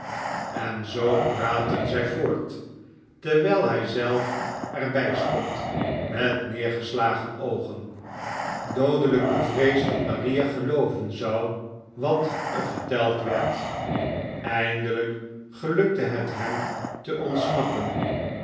en zoo praatten zij voort terwijl hij zelf er bij stond met neergeslagen oogen doodelh'k bevreesd dat maria gelooven zou wat er verteld werd eindelijk gelukte het hem te ontsnappen